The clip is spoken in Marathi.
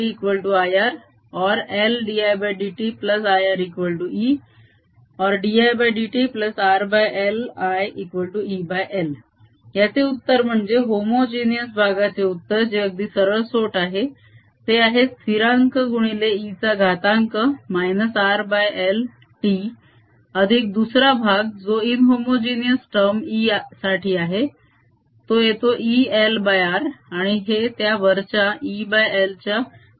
ϵ LdIdtIR or LdIdtIRϵ dIdtRLIL याचे उत्तर म्हणजे होमोजीनस भागाचे उत्तर जे अगदी सरळसोट आहे ते आहे स्थिरांक गुणिले e चा घातांक -RLt अधिक दुसरा भाग जो इनहोमोजीनस टर्म E साठी आहे तो येतो E LR आणि हे त्या वरच्या EL च्या बरोबरीत आहे